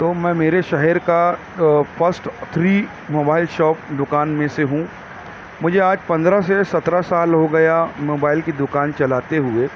تو میں میرے شہر کا فسٹ تھری موبائل شاپ دکان میں سے ہوں مجھے آج پندرہ سے سترہ سال ہو گیا موبائل کی دکان چلاتے ہوئے